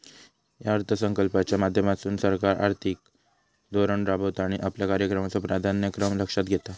या अर्थसंकल्पाच्या माध्यमातसून सरकार आर्थिक धोरण राबवता आणि आपल्या कार्यक्रमाचो प्राधान्यक्रम लक्षात घेता